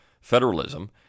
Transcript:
federalism